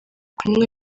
kunywa